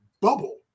bubble